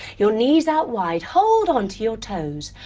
your knees out wide, hold onto your toes,